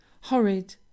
horrid